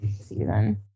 season